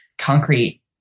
concrete